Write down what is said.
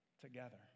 together